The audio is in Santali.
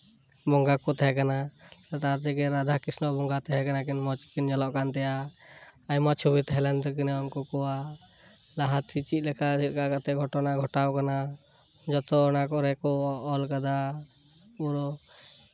ᱵᱚᱸᱜᱟ ᱠᱚᱠᱚ ᱛᱟᱦᱮ ᱠᱟᱱᱟ ᱛᱟᱨ ᱛᱷᱮᱠᱮ ᱨᱟᱫᱷᱟ ᱠᱤᱥᱱᱚ ᱵᱚᱸᱜᱟᱭ ᱛᱟᱦᱮᱸ ᱠᱟᱱᱟ ᱠᱤᱱ ᱢᱚᱸᱡᱽ ᱜᱮᱠᱤᱱ ᱧᱮᱞᱚᱜ ᱠᱟᱱ ᱛᱟᱦᱮᱱᱟ ᱟᱭᱢᱟ ᱪᱷᱚᱵᱤ ᱛᱟᱦᱮ ᱠᱟᱱ ᱛᱟᱠᱤᱱᱟ ᱩᱱᱠᱩ ᱠᱚᱣᱟᱜ ᱞᱟᱦᱟᱛᱮ ᱪᱮᱫ ᱞᱮᱠᱟ ᱠᱟᱛᱮᱫ ᱜᱷᱚᱴᱚᱱᱟ ᱜᱷᱚᱴᱟᱣ ᱠᱟᱱᱟ ᱡᱚᱛᱚ ᱚᱱᱟᱠᱚ ᱠᱚᱨᱮ ᱠᱚ ᱚᱞ ᱟᱠᱟᱫᱟ ᱯᱩᱨᱟᱹ